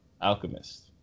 Alchemist